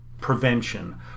prevention